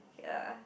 okay lah